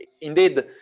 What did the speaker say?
indeed